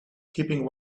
keeping